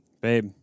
Babe